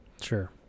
sure